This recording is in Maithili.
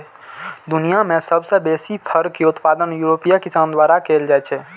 दुनिया मे सबसं बेसी फर के उत्पादन यूरोपीय किसान द्वारा कैल जाइ छै